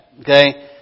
okay